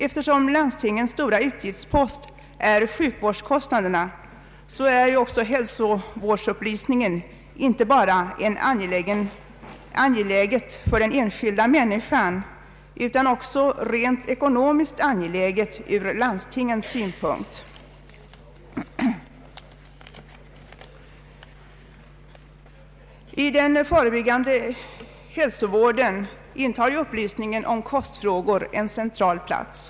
Eftersom landstingens stora utgiftspost är sjukvårdskostnaderna blir hälsovårdsupplysningen inte bara av värde för den enskilda människan utan också en rent ekonomisk angelägenhet ur landstingens synpunkt. Vid den förebyggande hälsovården intar upplysningen om kostfrågor en central plats.